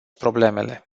problemele